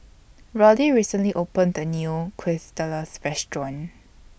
Roddy recently opened A New Quesadillas Restaurant